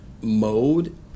mode